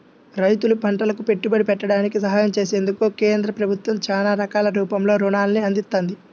రైతులు పంటలకు పెట్టుబడి పెట్టడానికి సహాయం చేసేందుకు కేంద్ర ప్రభుత్వం చానా రకాల రూపంలో రుణాల్ని అందిత్తంది